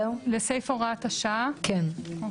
אז אנחנו מגיעים בעצם לסעיף הוראת השעה, אוקיי?